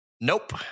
Nope